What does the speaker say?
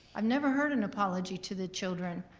i've never heard an apology to the children,